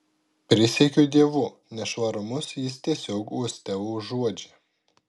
prisiekiu dievu nešvarumus jis tiesiog uoste užuodžia